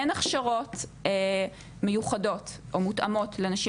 אין הכשרות מיוחדות או מותאמות לנשים